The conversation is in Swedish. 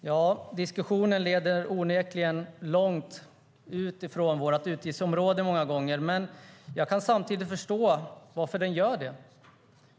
Fru talman! Diskussionen leder onekligen många gånger långt från vårt utgiftsområde, men jag kan samtidigt förstå varför den gör det.